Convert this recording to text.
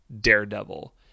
daredevil